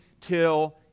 till